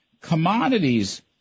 commodities